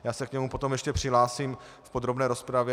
Já se k němu potom ještě přihlásím v podrobné rozpravě.